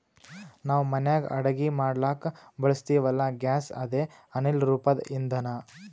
ನಾವ್ ಮನ್ಯಾಗ್ ಅಡಗಿ ಮಾಡ್ಲಕ್ಕ್ ಬಳಸ್ತೀವಲ್ಲ, ಗ್ಯಾಸ್ ಅದೇ ಅನಿಲ್ ರೂಪದ್ ಇಂಧನಾ